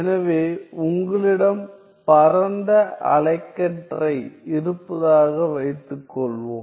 எனவே உங்களிடம் பரந்த அலைக்கற்றை இருப்பதாக வைத்துக்கொள்வோம்